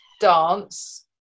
dance